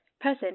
person